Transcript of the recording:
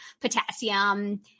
potassium